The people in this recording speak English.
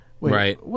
Right